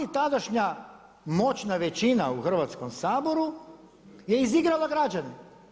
Ali tadašnja moćna većina u Hrvatskom saboru je izigrala građane.